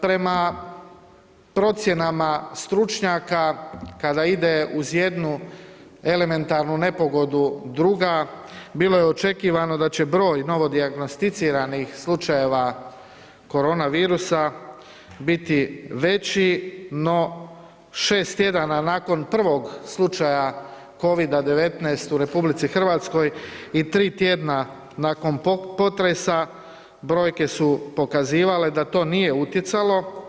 Prema procjenama stručnjaka kada ide uz jednu elementarnu nepogodu druga bilo je očekivano da će broj novo dijagnosticiranih slučajeva Corona virusa biti veći, ni 6 tjedana nakon prvog slučaja Covida 19 u RH i 3 tjedna nakon potresa brojke su pokazivale da to nije utjecalo.